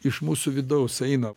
iš mūsų vidaus eina